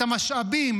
את המשאבים,